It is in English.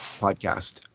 podcast